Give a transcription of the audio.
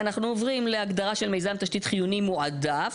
אנחנו עוברים להגדרה של מיזם תשתית חיוני מועדף.